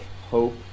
hope